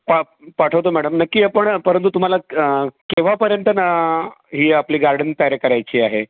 प पाठवतो मॅडम नक्की आहे पण परंतु तुम्हाला केंव्हापर्यंत न ही आपली गार्डन तयार करायची आहे